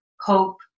hope